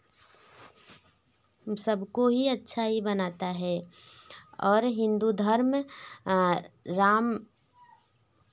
सबको ही अच्छा ही बनाता है और हिंदू धर्म राम